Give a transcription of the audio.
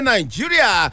Nigeria